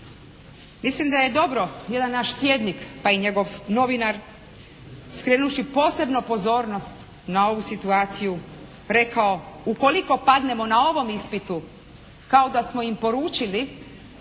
Mislim da je dobro jedan naš tjednik pa i njegov novinar skrenuvši posebno pozornost na ovu situaciju rekao, ukoliko padnemo na ovom ispitu kao da smo im poručili